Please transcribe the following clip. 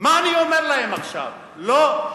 מה אני אומר להן עכשיו, לא?